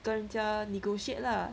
跟人家 negotiate lah